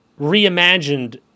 reimagined